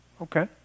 Okay